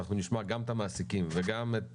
אנחנו נשמע גם את המעסיקים וגם את